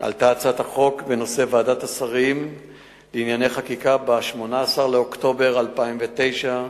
עלתה הצעת חוק בנושא בוועדת השרים לענייני חקיקה ב-18 באוקטובר 2009,